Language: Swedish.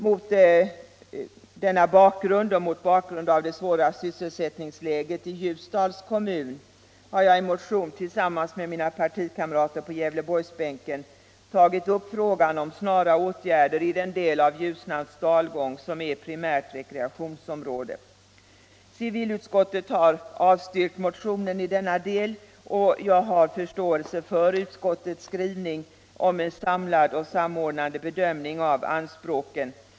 Mot denna bakgrund och mot bakgrund av det svåra sysselsättningsläget i Ljusdals kommun har jag i motion tillsammans med mina partikamrater på Gävleborgsbänken tagit upp frågan om snara åtgärder i den del av Ljusnans dalgång som är primärt rekreationsområde. Civilutskottet har avstyrkt motionen i denna del, och jag har förståelse för utskottets skrivning om en samlad och samordnande bedömning av anspråken.